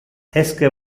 esque